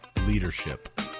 leadership